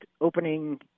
opening